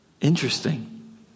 Interesting